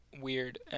weird